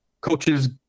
coaches